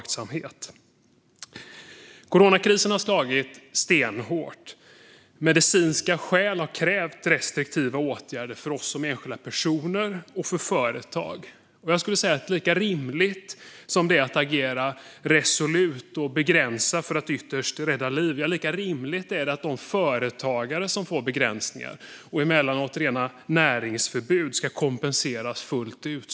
Coronakrisen har slagit stenhårt. Medicinska skäl har krävt restriktiva åtgärder för oss som enskilda personer och för företag. Lika rimligt som det är att agera resolut och begränsa för att ytterst rädda liv, lika rimligt är det att de företagare som får begränsningar och emellanåt rena näringsförbud ska kompenseras fullt ut.